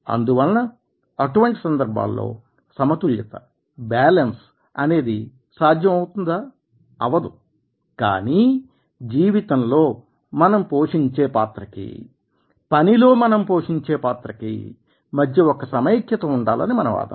అందువలన అటువంటి సందర్భాల్లో సమతుల్యత బ్యాలెన్స్ అనేది సాధ్యమవుతుందా అవ్వదు కానీ జీవితంలో మనం పోషించే పాత్రకీ పనిలో మనం పోషించే పాత్రకి మధ్య ఒక సమైక్యత ఉండాలని మన వాదన